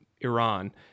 Iran